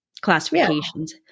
classifications